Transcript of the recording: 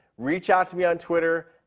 reach out to me on twitter,